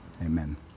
Amen